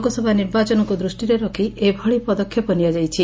ଲୋକସଭା ନିର୍ବାଚନକୁ ଦୃଷ୍ଟିରେ ରଖ ଏଭଳି ପଦକ୍ଷେପ ନିଆଯାଇଛି